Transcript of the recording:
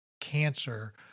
cancer